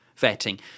vetting